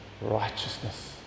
righteousness